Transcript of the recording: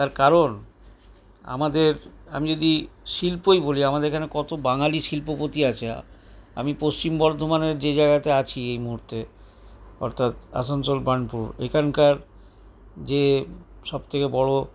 তার কারণ আমাদের আমি যদি শিল্পই বলি আমাদের এখানে কতো বাঙালি শিল্পপতি আছে আমি পশ্চিম বর্ধমানের যেই জায়গাতে আছি এই মুহূর্তে অর্থাৎ আসানসোল বার্নপুর এখানকার যে সব থেকে বড়